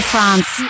France